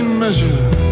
measure